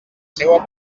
seua